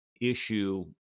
issue